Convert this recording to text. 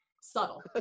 subtle